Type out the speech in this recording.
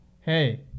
hey